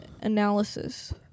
analysis